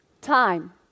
Time